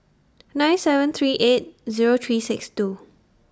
nine seven three eight Zero three six two